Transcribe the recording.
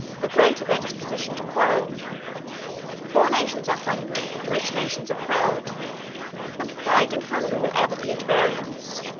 the greater their disposition to quarrel poor nations are hungry, and rich nations are proud and pride and hunger will ever be at variance.